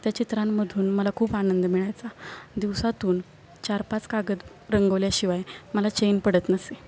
त्या चित्रांमधून मला खूप आनंद मिळायचा दिवसातून चार पाच कागद रंगवल्याशिवाय मला चैन पडत नसे